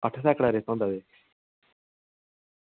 अट्ठ सैकड़ा रेत होंदा ओह्दे च